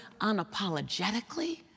unapologetically